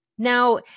Now